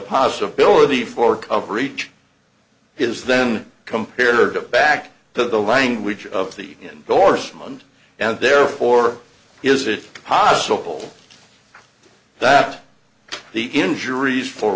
possibility for coverage is then compared to back to the language of the endorsement and therefore is it possible that the injuries for